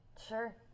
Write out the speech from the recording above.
sure